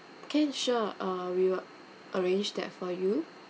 can sure uh we will arrange that for you